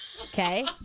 okay